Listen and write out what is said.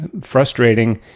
frustrating